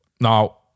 Now